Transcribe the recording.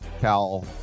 Cal